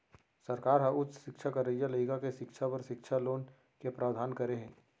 सरकार ह उच्च सिक्छा करइया लइका के सिक्छा बर सिक्छा लोन के प्रावधान करे हे